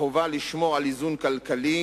החובה לשמור על איזון כלכלי,